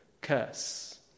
curse